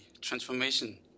transformation